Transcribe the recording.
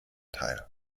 teil